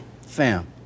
Fam